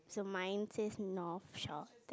so mine says North Shore